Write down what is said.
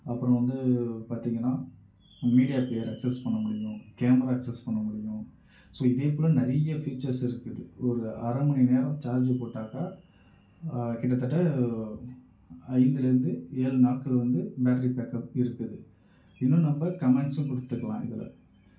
அப்புறம் வந்து பார்த்திங்கன்னா மீடியா பிளேயர் அக்சஸ் பண்ண முடியும் கேமரா அக்சஸ் பண்ண முடியும் ஸோ இதே போல் நிறைய ஃபீச்சர்ஸ் இருக்குது ஒரு அரைமணி நேரம் சார்ஜு போட்டாக்கா கிட்டத்தட்ட ஐந்தில் இருந்து ஏழு நாட்கள் வந்து பேட்ரி பேக்அப் இருக்குது இன்னும் நம்ம கமெண்ட்ஸும் கொடுத்துக்கலாம் இதில்